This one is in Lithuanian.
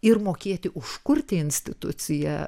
ir mokėti užkurti instituciją